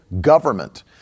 government